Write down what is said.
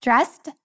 Dressed